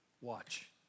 Watch